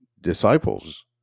disciples